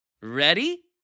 Ready